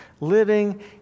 living